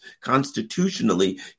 constitutionally